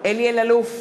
אלי אלאלוף,